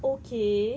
okay